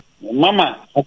Mama